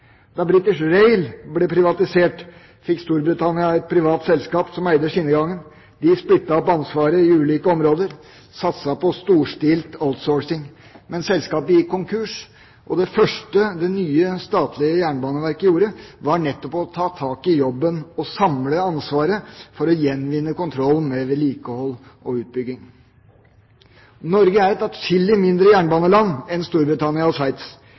Da British Rail ble privatisert, fikk Storbritannia et privat selskap som eide skinnegangen. De splittet opp ansvaret i ulike områder og satset på storstilt outsourcing. Men selskapet gikk konkurs, og det første det nye statlige jernbaneverket gjorde, var nettopp å ta tak i jobben med å samle ansvaret for å gjenvinne kontrollen med vedlikehold og utbygging. Norge er et atskillig mindre jernbaneland enn Storbritannia og Sveits.